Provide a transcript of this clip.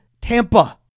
Tampa